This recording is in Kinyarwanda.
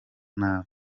nabi